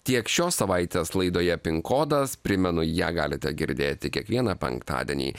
tiek šios savaitės laidoje pin kodas primenu ją galite girdėti kiekvieną penktadienį